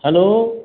hello